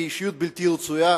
היא אישיות בלתי רצויה.